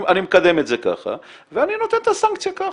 מקדם את זה ככה ואני נותן את הסנקציה ככה.